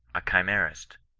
a chimerist,